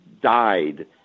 died